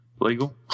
legal